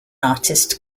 artist